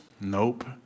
Nope